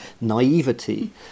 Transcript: naivety